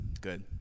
good